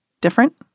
different